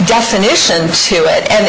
definition to it and